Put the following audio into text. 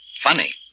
Funny